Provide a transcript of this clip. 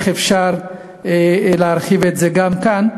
איך אפשר להרחיב את זה גם כאן,